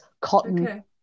cotton